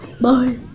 Bye